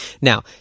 Now